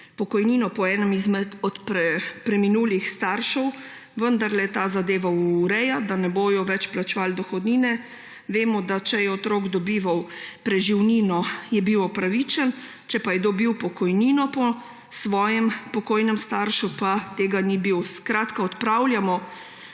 pokojnino po enem od preminulih staršev, vendarle ta zadeva ureja, da ne bodo več plačevali dohodnine. Vemo, da če je otrok dobival preživnino, je bil upravičen, če je dobil pokojnino po svojem pokojnem staršu, pa ni bil. Skratka, odpravljamo